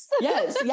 Yes